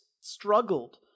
struggled